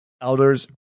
elders